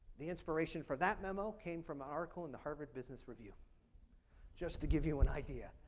the inspiration for that memo came from an article in the harvard business review just to give you an idea.